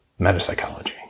metapsychology